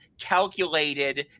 calculated